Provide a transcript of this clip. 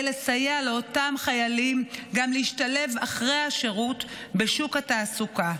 לסייע לאותם חיילים גם להשתלב אחרי השירות בשוק התעסוקה.